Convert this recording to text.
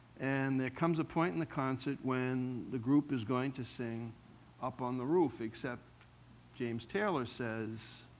and there comes a point in the concert when the group is going to sing up on the roof, except james taylor says